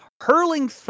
hurling